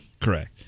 Correct